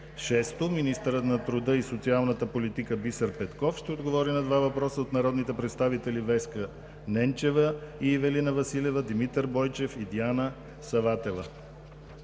6. Министърът на труда и социалната политика Бисер Петков ще отговори на два въпроса от народните представители Веска Ненчева; и Ивелина Василева, Димитър Бойчев и Диана Саватева.